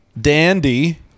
Dandy